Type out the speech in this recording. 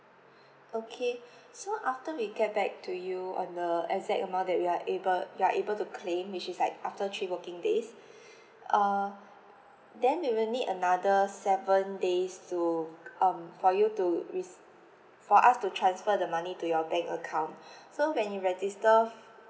okay so after we get back to you on the exact amount that we are able you are able to claim which is like after three working days uh then we will need another seven days to um for you to ris~ for us to transfer the money to your bank account so when you register